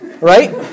right